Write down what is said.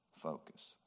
focus